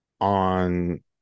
on